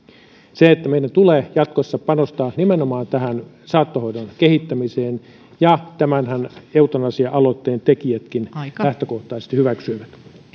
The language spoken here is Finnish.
meidän tulee jatkossa panostaa nimenomaan tähän saattohoidon kehittämiseen ja tämänhän eutanasia aloitteen tekijätkin lähtökohtaisesti hyväksyivät